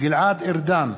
גלעד ארדן,